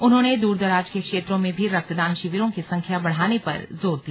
उन्होंने दूरदराज के क्षेत्रों में भी रक्तदान शिविरों की संख्या बढ़ाने पर जोर दिया